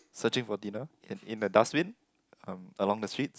searching for dinner in in a dustbin um along the streets